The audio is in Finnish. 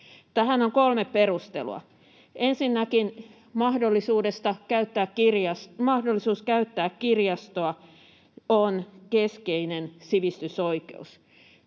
Tähän on kolme perustelua: Ensinnäkin mahdollisuus käyttää kirjastoa on keskeinen sivistysoikeus.